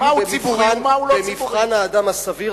אפילו במבחן האדם הסביר,